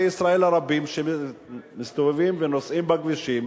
ישראל הרבים שמסתובבים ונוסעים בכבישים,